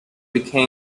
become